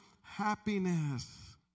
happiness